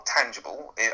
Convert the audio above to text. tangible